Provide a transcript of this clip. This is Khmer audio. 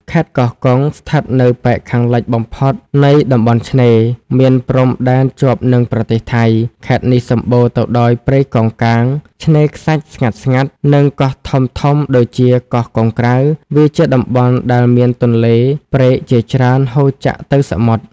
ខេត្តកោះកុង ស្ថិតនៅប៉ែកខាងលិចបំផុតនៃតំបន់ឆ្នេរ មានព្រំដែនជាប់នឹងប្រទេសថៃ ខេត្តនេះសម្បូរទៅដោយព្រៃកោងកាង ឆ្នេរខ្សាច់ស្ងាត់ៗ និងកោះធំៗដូចជាកោះកុងក្រៅ វាជាតំបន់ដែលមានទន្លេព្រែកជាច្រើនហូរចាក់ទៅសមុទ្រ។